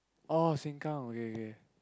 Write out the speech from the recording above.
oh sengkang okay okay